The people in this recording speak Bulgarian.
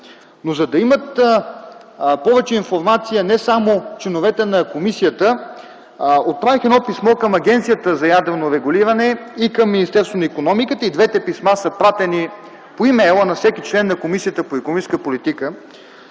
Но за да имат повече информация, не само членовете на комисията, отправих едно писмо към Агенцията за ядрено регулиране и към Министерство на икономиката. И двете писма са изпратени по имейла на всеки член на Комисията по икономическа политика,